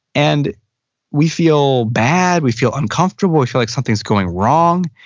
and we feel bad, we feel uncomfortable, we feel like something's going wrong.